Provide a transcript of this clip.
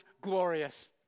Glorious